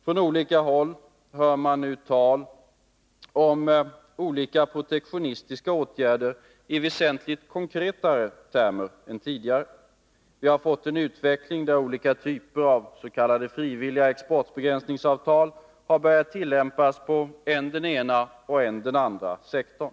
Från olika håll hör man nu tal om olika protektionistiska åtgärder i väsentligt konkretare termer än tidigare. Vi har fått en utveckling där olika typer avs.k. frivilliga exportbegränsningsavtal har börjat tillämpas på än den ena och än den andra sektorn.